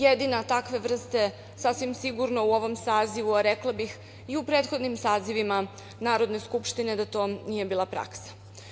Jedina takve vrste sasvim sigurno u ovom sazivu, a rekla bih i u prethodnim sazivima Narodne skupštine da to nije bila praksa.